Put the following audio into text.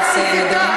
נא לסיים, אדוני.